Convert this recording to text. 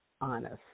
honest